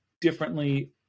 differently